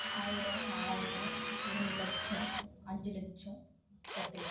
ஆயிரம் நாலாயிரம் ரெண்டு லட்சம் அஞ்சு லட்சம் பத்து லட்சம்